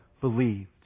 believed